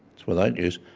it's without use,